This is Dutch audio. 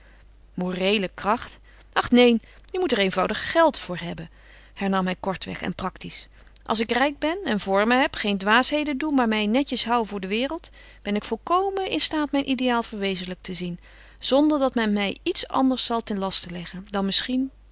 moreele kracht ach neen je moet er eenvoudig geld voor hebben hernam hij kortweg en practisch als ik rijk ben en vormen heb geen dwaasheden doe maar mij netjes hoû voor de wereld ben ik volkomen in staat mijn ideaal verwezenlijkt te zien zonder dat men mij iets anders zal ten laste leggen dan misschien